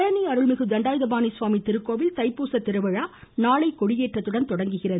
பழனி அருள்மிகு தண்டாயுதபாணி சுவாமி திருக்கோவில் தைப்பூச திருவிழா நாளை கொடியேற்றத்துடன் தொடங்குகிறது